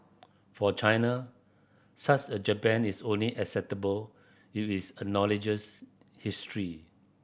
for China such a Japan is only acceptable if is acknowledges history